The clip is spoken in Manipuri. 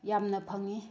ꯌꯥꯝꯅ ꯐꯪꯉꯤ